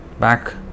back